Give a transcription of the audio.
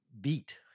beat